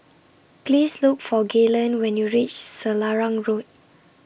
Please Look For Gaylen when YOU REACH Selarang Road